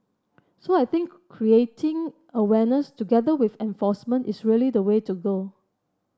so I think creating awareness together with enforcement is really the way to go